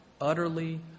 utterly